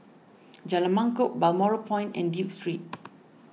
Jalan Mangkok Balmoral Point and Duke Street